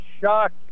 shocked